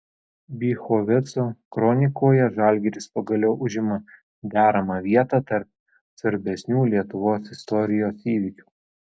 bychoveco kronikoje žalgiris pagaliau užima deramą vietą tarp svarbesnių lietuvos istorijos įvykių